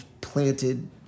planted